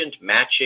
matching